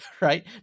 right